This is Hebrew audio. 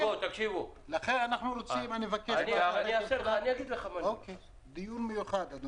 לכן אני מבקש דיון מיוחד.